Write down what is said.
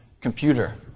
computer